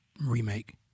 remake